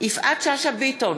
יפעת שאשא ביטון,